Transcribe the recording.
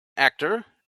actor